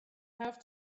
have